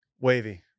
Wavy